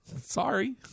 Sorry